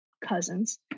cousins